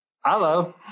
Hello